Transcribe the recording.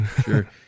sure